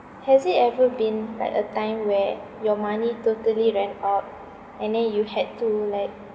has it ever been like a time where your money totally ran out and then you had to like